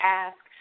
ask